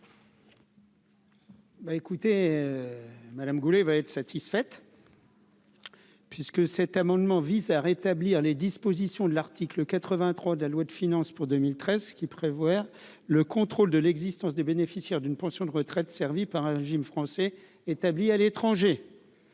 Madame Goulet va être. Puisque cet amendement vise à rétablir les dispositions de l'article 83 de la loi de finances pour 2013 qui prévoit le contrôle de l'existence des bénéficiaires d'une pension de retraite servies par un régime Français établis à l'étranger